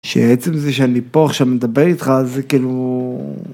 שעצם זה שאני פה עכשיו מדבר איתך זה כאילו...